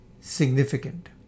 significant